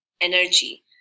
energy